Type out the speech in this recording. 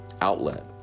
outlet